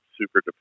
super